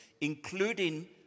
including